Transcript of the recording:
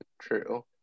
true